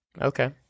Okay